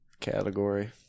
category